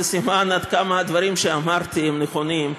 זה סימן עד כמה הדברים שאמרתי הם נכונים,